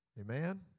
Amen